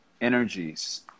energies